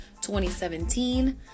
2017